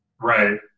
Right